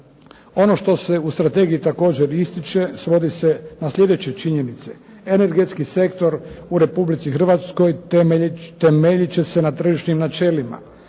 Ono što se u Strategiji također ističe svodi se na sljedeće činjenice, energetski sektor u Republici Hrvatskoj temeljit će se na tržišnim načelima,